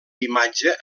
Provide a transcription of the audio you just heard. imatge